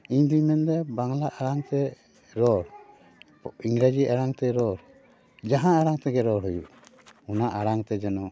ᱤᱧᱫᱩᱧ ᱢᱮᱱᱮᱫᱟ ᱵᱟᱝᱞᱟ ᱟᱲᱟᱝ ᱛᱮ ᱨᱚᱲ ᱤᱝᱨᱮᱡᱤ ᱟᱲᱟᱝ ᱛᱮ ᱨᱚᱲ ᱡᱟᱦᱟᱸ ᱟᱲᱟᱝ ᱛᱮᱜᱮ ᱨᱚᱲ ᱦᱩᱭᱩᱜ ᱚᱱᱟ ᱟᱲᱟᱝ ᱛᱮ ᱡᱮᱱᱚ